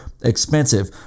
expensive